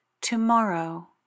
tomorrow